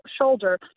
shoulder